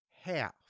half